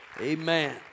Amen